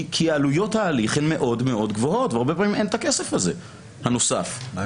עלויות ההליך הן מאוד מאוד גבוהות והרבה פעמים אין את הכסף הנוסף הזה.